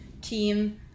team